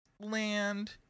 land